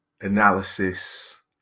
analysis